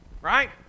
right